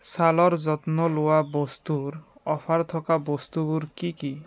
ছালৰ যত্ন লোৱা বস্তুৰ অফাৰ থকা বস্তুবোৰ কি কি